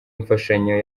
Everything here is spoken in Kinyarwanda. imfashanyo